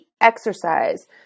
exercise